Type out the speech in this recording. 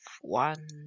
One